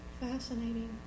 Fascinating